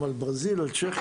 על ברזיל או על צ'כיה?